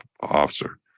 officer